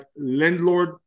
landlord